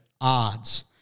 odds